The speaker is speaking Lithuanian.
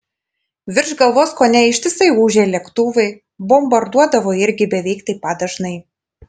virš galvos kone ištisai ūžė lėktuvai bombarduodavo irgi beveik taip pat dažnai